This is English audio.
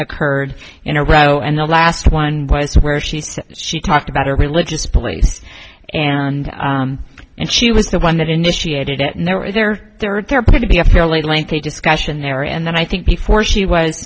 occurred in a row and the last one was where she said she talked about her religious beliefs and and she was the one that initiated it and they were there third there appear to be a fairly lengthy discussion there and then i think before she was